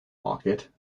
market